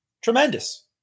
tremendous